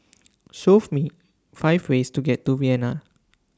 Show Me five ways to get to Vienna